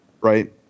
Right